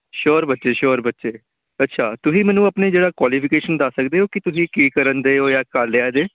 sure ਬੱਚੇ sure ਬੱਚੇ ਅੱਛਾ ਤੁਸੀਂ ਮੈਨੂੰ ਆਪਣੇ ਜਿਹੜਾ ਕੁਆਲੀਫਿਕੇਸ਼ਨ ਦੱਸ ਸਕਦੇ ਹੋ ਕਿ ਤੁਸੀਂ ਕੀ ਕਰਨ ਦੇ ਹੋ ਜਾਂ ਕਰ ਲਿਆ ਜੇ